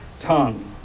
tongue